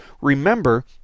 remember